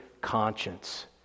conscience